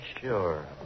Sure